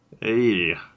Hey